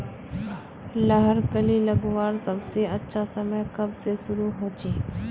लहर कली लगवार सबसे अच्छा समय कब से शुरू होचए?